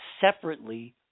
separately